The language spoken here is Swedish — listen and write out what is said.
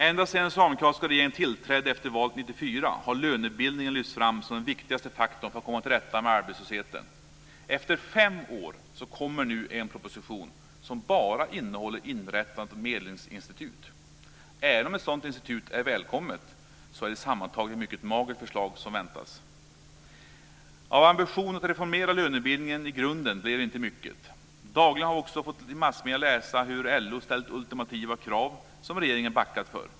Ända sedan den socialdemokratiska regeringen tillträdde efter valet 1994 har lönebildningen lyfts fram som den viktigaste faktorn för att komma till rätta med arbetslösheten. Efter fem år kommer nu en proposition som bara innehåller inrättandet av ett medlingsinstitut. Även om ett sådant institut är välkommet är det sammantaget ett mycket magert förslag som väntas. Av ambitionerna att reformera lönebildningen i grunden blev det inte mycket. Dagligen har vi i massmedierna kunnat läsa om hur LO ställt ultimata krav som regeringen backat för.